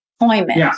employment